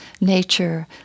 nature